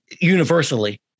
Universally